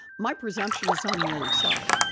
my presumption is on the other side.